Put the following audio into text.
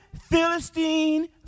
Philistine